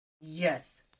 Yes